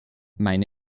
meine